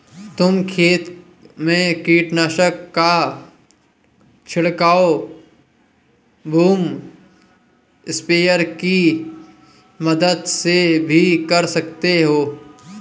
तुम खेत में कीटनाशक का छिड़काव बूम स्प्रेयर की मदद से भी कर सकते हो